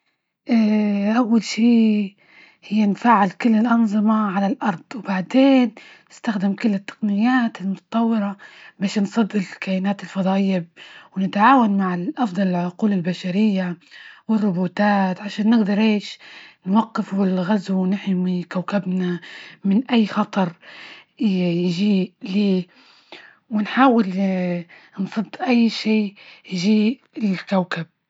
أول شي هى نفعل كل الأنظمة على الأرض، وبعدين استخدم كل التقنيات المتطورة، بش نصدر الكائنات الفضائية ونتعاون مع الأفضل، العقول البشرية والروبوتات عشان نقدر إيش نوجف الغزو و نحمي كوكبنا من أي خطر، ييجى ليه ونحاول نفض أى شي يجى الكوكب.